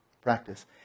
practice